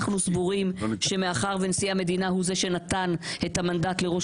אנחנו סבורים שמאחר שנשיא המדינה הוא זה שנתן את המנדט לראש